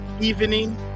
evening